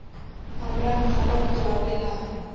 हमरा खाता खोलाबे ला है?